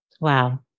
Wow